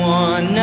one